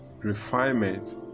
refinement